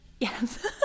Yes